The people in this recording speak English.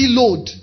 load